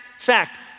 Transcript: fact